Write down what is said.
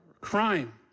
crime